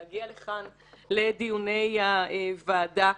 להגיע לכאן לדיוני הוועדה,